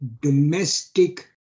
domestic